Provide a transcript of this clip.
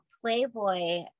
Playboy